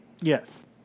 Yes